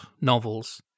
novels